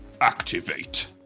activate